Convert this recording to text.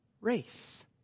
race